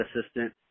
assistant